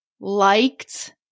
Liked